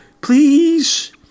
Please